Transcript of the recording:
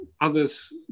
others